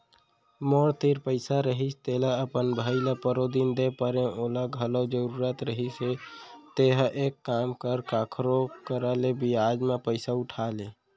मोर तीर पइसा रहिस तेला अपन भाई ल परोदिन दे परेव ओला घलौ जरूरत रहिस हे तेंहा एक काम कर कखरो करा ले बियाज म पइसा उठा ले